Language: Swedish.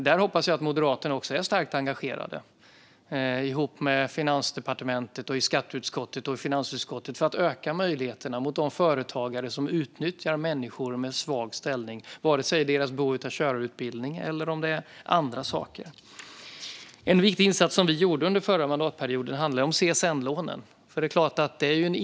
Där hoppas jag att Moderaterna är starkt engagerade, med Finansdepartementet, i skatteutskottet och i finansutskottet, för att öka möjligheterna att vidta åtgärder mot de företagare som utnyttjar människor med svag ställning, oavsett om det handlar om deras behov av körutbildning eller om andra saker. En viktig insats som vi gjorde under förra mandatperioden handlar om CSN-lånen.